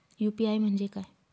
UPI म्हणजे काय?